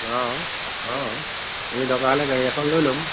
অঁ অঁ আমি দৰকাৰ হ'লে গাড়ী এখন লৈ ল'ম